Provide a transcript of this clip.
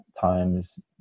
times